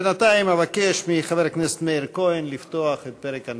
בינתיים אבקש מחבר הכנסת מאיר כהן לפתוח את פרק הנאומים.